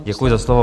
Děkuji za slovo.